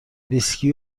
ویسکی